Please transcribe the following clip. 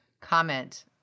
comment